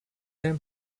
them